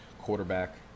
Quarterback